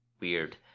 weird